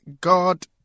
God